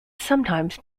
sometimes